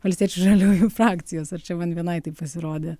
valstiečių žaliųjų frakcijos ar čia man vienai taip pasirodė